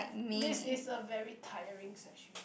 this is a very tiring section